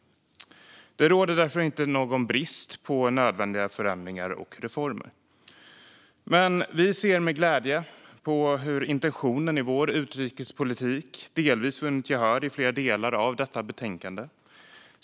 Det råder därför inte någon brist på nödvändiga förändringar och reformer. Vi ser med glädje hur intentionen i vår utrikespolitik delvis vunnit gehör i flera delar av detta betänkande.